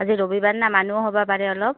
আজি ৰবিবাৰ না মানুহ হ'ব পাৰে অলপ